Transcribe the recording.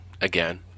again